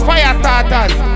Firestarters